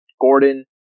Gordon